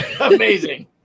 Amazing